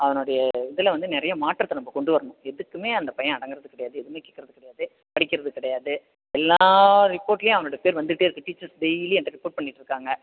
அவனுடைய இதில் வந்து நிறைய மாற்றத்தை நம்ப கொண்டு வரணும் எதுக்குமே அந்த பையன் அடங்குறது கிடையாது எதுவுமே கேட்குறது கிடையாது படிக்கிறது கிடையாது எல்லா ரிப்போர்ட்லையும் அவனுடைய பேர் வந்துகிட்டே இருக்கு டீச்சர்ஸ் டெய்லியும் என்கிட்ட ரிப்போர்ட் பண்ணிடுருக்காங்க